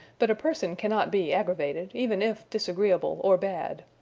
but a person cannot be aggravated, even if disagreeable or bad.